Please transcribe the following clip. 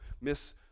miss